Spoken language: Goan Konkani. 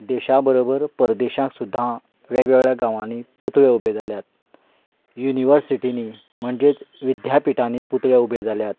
देशा बरोबर परदेसांत सुद्दां वेगवेगळ्यां गांवांनी पुतळे उबे जाल्यात युनिवर्सिटींनी म्हणजेच विद्यापिठांनी पुतळे उबे जाल्यात